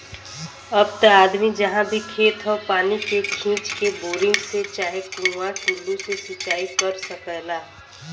अब त आदमी जहाँ भी खेत हौ पानी के खींच के, बोरिंग से चाहे कुंआ टूल्लू से सिंचाई कर सकला